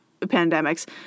pandemics